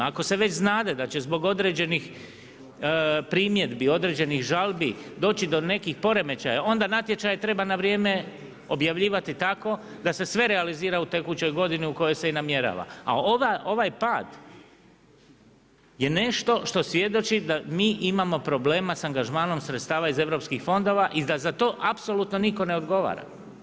Ako se već znade da će zbog određenih primjedbi, određenih žalbi doći do nekih poremećaja, onda natječaj treba na vrijeme objavljivati tako da se sve realizira u tekućoj godini u kojoj se i namjerava, a ovaj pad je nešto što svjedoči da mi imamo problema sa angažmanom sredstava iz europskih fondova i da za to apsolutno nitko ne odgovara.